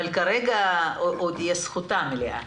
או זכותה המלאה.